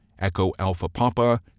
ECHO-ALPHA-PAPA